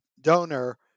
donor